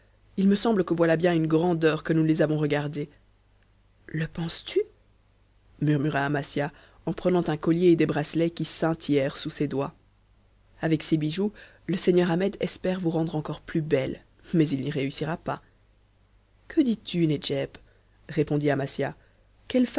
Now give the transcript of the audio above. il me semble que voilà bien une grande heure que nous ne les avons regardées le penses-tu murmura amasia en prenant un collier et des bracelets qui scintillèrent sous ses doigts avec ces bijoux le seigneur ahmet espère vous rendre encore plus belle mais il n'y réussira pas que dis-tu nedjeb répondit amasia